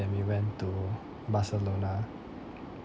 we went to barcelona